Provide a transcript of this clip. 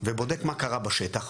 ובודק גם מה קרה בשטח.